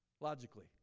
Logically